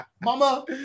mama